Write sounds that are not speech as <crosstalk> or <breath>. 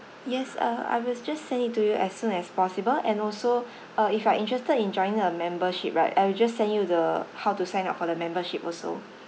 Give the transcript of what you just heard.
yes uh I will just send it to you as soon as possible and also <breath> uh if you are interested in joining our membership right I will just send you the how to sign up for the membership also